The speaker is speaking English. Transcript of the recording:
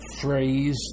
phrase